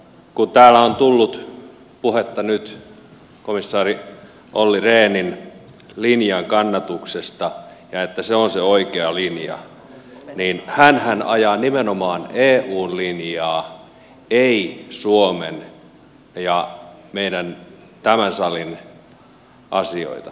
kun täällä on tullut puhetta nyt komissaari olli rehnin linjan kannatuksesta ja että se on se oikea linja niin hänhän ajaa nimenomaan eun linjaa ei suomen ja meidän tämän salin asioita